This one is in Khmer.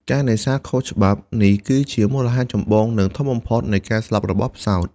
ការនេសាទខុសច្បាប់ នេះគឺជាមូលហេតុចម្បង និងធំបំផុតនៃការស្លាប់របស់ផ្សោត។